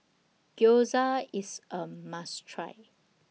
Gyoza IS A must Try